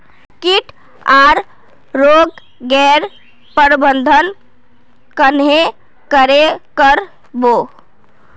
किट आर रोग गैर प्रबंधन कन्हे करे कर बो?